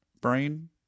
brain